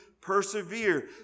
persevere